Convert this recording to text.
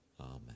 Amen